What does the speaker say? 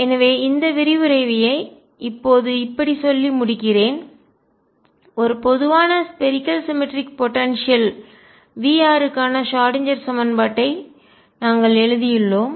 எனவே இந்த விரிவுரையை இப்போது இப்படி சொல்லி முடிக்கிறேன் ஒரு பொதுவான ஸ்பேரிக்கல் சிமெட்ரிக் போடன்சியல் கோள சமச்சீர் ஆற்றல் V க்கான ஷ்ராடின்ஜெர் சமன்பாட்டை நாங்கள் எழுதியுள்ளோம்